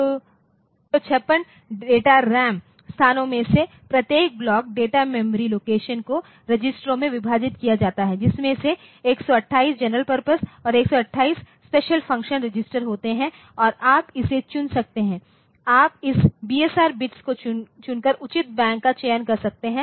तो 256 data RAM स्थानों में से प्रत्येक ब्लॉक डेटा मेमोरी लोकेशन को रजिस्टरों में विभाजित किया जाता है जिसमें से 128 जनरल पर्पस और 128 स्पेशल फंक्शन रजिस्टर होते है और आप इसे चुन सकते हैं आप इस बीएसआर बिट्स को चुनकर उचित बैंक का चयन कर सकते हैं